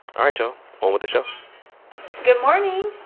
all right, y'all, on with the show good morning